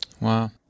Wow